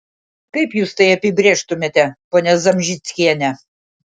kaip jūs tai apibrėžtumėte ponia zamžickiene